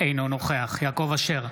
אינו נוכח יעקב אשר,